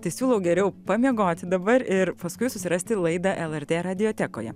tai siūlau geriau pamiegoti dabar ir paskui susirasti laidą lrt radijotekoje